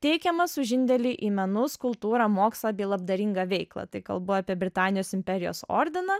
teikiamas už indėlį į menus kultūrą mokslą bei labdaringą veiklą tai kalbu apie britanijos imperijos ordiną